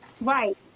Right